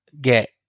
get